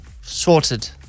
Sorted